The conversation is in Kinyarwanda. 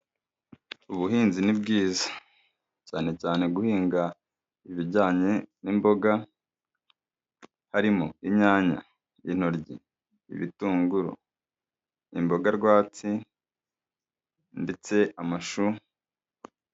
Ubuhinzi ni bwiza, cyane cyane guhinga ibijyanye n'imboga harimo: inyanya, intoryi, ibitunguru, imboga rwatsi ndetse amashu.